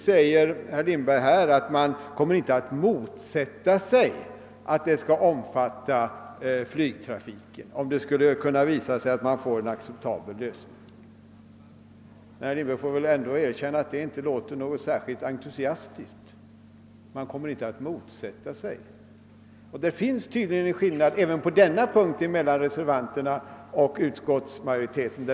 Herr Lindberg säger att man inte kommer att motsätta sig att en nedsättning skall omfatta flygtrafiken, om det skulle visa sig att man kan nå en acceptabel lösning. Herr Lindberg måste väl ändå erkänna att det inte låter särskilt entusiastiskt. Det finns tydligen en skillnad även på denna punkt mellan reservanterna och utskottsmajoriteten.